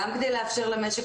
גם כדי לאפשר למשק